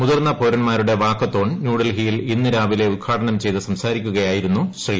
മുതിർന്ന പൌരന്മാരുടെ വാക്കത്തോൺ ന്യൂഡൽഹിയിൽ ഇന്ന് രാവിലെ ഉദ്ഘാടനം ചെയ്ത് സംസാരിക്കുകയായിരുന്നു ശ്രീ